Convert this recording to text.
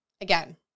Again